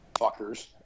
fuckers